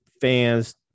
fans